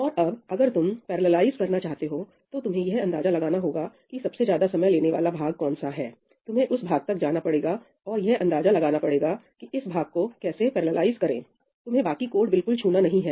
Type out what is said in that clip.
और अब अगर तुम पैरेललाइज करना चाहते हो तो तुम्हें यह अंदाजा लगाना होगा कि सबसे ज्यादा समय लेने वाला कौन सा भाग है तुम्हें उस भाग तक जाना पड़ेगा और यह अंदाजा लगाना पड़ेगा कि इस भाग को कैसे पैरेललाइज करें तुम्हें बाकी कोड बिल्कुल छूना नहीं है